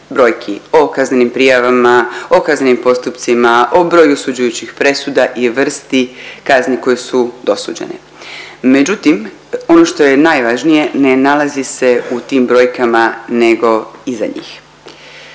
brojki o kaznenim prijavama, o kaznenim postupcima, o broju osuđujućih presuda i o vrsti kazni koje su dosuđene. Međutim, ono što je najvažnije ne nalazi se u tim brojkama nego iza njih.